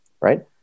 Right